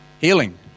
Healing